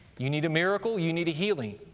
you need a miracle, you need a healing?